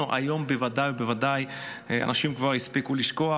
היום בוודאי ובוודאי אנשים כבר הספיקו לשכוח.